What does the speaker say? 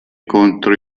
contro